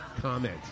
comment